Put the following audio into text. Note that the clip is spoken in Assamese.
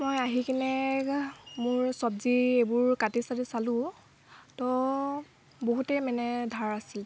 মই আহি কিনে মোৰ চব্জিবোৰ কাটি চাটি চালোঁ তো বহুতেই মানে ধাৰ আছিল